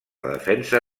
defensa